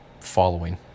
following